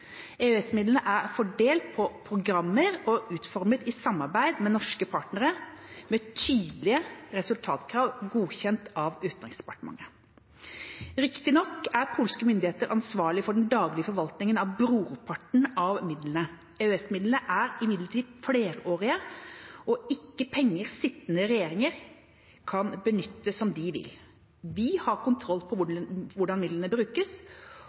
er fordelt på programmer og utformet i samarbeid med norske partnere, med tydelige resultatkrav godkjent av Utenriksdepartementet. Riktignok er polske myndigheter ansvarlig for den daglige forvaltningen av brorparten av midlene. EØS-midlene er imidlertid flerårige og ikke penger sittende regjeringer kan benytte som de vil. Vi har kontroll på hvordan midlene brukes,